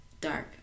dark